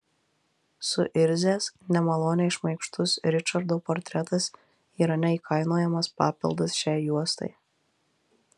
suirzęs nemaloniai šmaikštus ričardo portretas yra neįkainojamas papildas šiai juostai